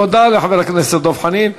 תודה לחבר הכנסת דב חנין.